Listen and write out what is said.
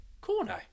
corner